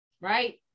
Right